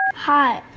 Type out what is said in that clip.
hi.